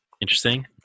Interesting